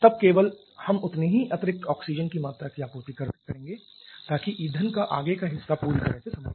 तब केवल हम उतनी ही अतिरिक्त ऑक्सीजन की मात्रा की आपूर्ति करेंगे ताकि ईंधन का आगे का हिस्सा पूरी तरह से समाप्त हो जाए